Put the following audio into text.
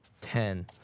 Ten